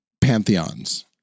pantheons